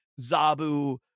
zabu